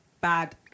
Bad